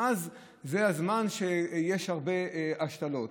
ואז זה הזמן שיש הרבה השתלות,